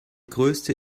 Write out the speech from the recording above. größte